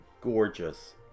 gorgeous